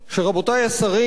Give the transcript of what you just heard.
שרבותי השרים,